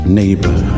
neighbor